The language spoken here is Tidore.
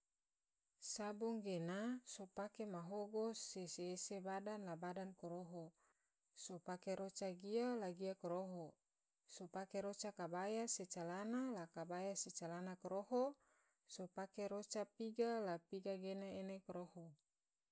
Sabong gena so pake mahogo se se ese badan la badan koroho, so pake roca gia la gia koroho, sopake roca kabaya se calana la kabaya se calana koroho, so pake roca piga la piga ge ena koroho.